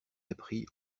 appris